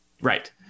Right